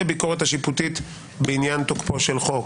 והביקורת השיפוטית בעניין תוקפו של חוק.